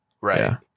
Right